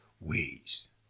ways